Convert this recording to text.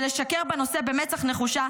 ולשקר בנושא במצח נחושה,